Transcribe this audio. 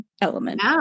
element